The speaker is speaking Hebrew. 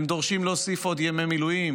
הם דורשים להוסיף עוד ימי מילואים